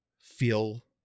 feel